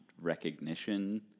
recognition